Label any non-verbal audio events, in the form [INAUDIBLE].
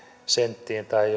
senttiin tai [UNINTELLIGIBLE]